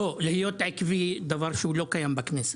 לא, להיות עקבי, דבר שהוא לא קיים בכנסת.